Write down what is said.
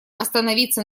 остановиться